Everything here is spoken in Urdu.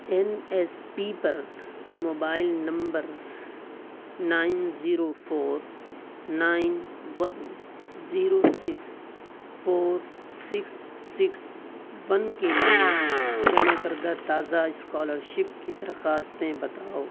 این ایس پی پر mobile number nine zero four nine one zero six four six six one کے لیے جمع کردہ تازہ اسکالرشپ کی درخواستیں بتاؤ